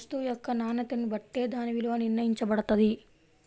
వస్తువు యొక్క నాణ్యతని బట్టే దాని విలువ నిర్ణయించబడతది